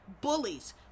bullies